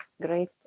great